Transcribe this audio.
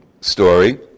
story